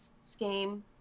scheme